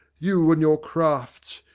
you and your crafts!